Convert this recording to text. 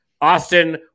Austin